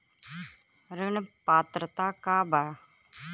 ऋण पात्रता का बा?